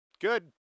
good